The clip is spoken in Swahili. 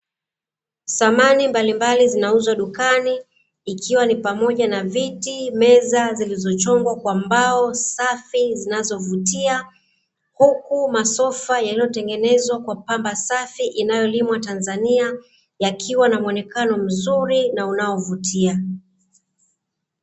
Samani mbalimbali zinauzwa dukani, ikiwa ni pamoja na viti na meza zilichomwa kwa mbao safi zinazo vutia, huku masofa yaliyo tengenezwa kwa pamba safi inayo limwa Tanzania yakiwa na mwonekano mzuri inayovutia.